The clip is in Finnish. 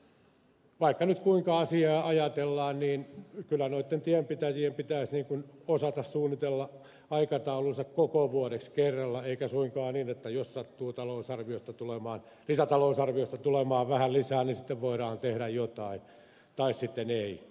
mutta vaikka nyt kuinka asiaa ajatellaan niin kyllä noitten tienpitäjien pitäisi osata suunnitella aikataulunsa koko vuodeksi kerralla eikä suinkaan niin että jos sattuu lisätalousarviosta tulemaan vähän lisää niin sitten voidaan tehdä jotain tai sitten ei